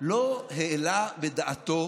לא העלה בדעתו